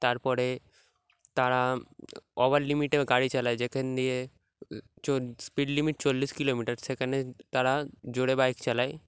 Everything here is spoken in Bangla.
তারপরে তারা ওভার লিমিটে গাড়ি চালায় যেখানে দিয়ে চ স্পিড লিমিট চল্লিশ কিলোমিটার সেখানে তারা জোরে বাইক চালায়